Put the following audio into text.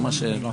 מה זה "מכניסים"?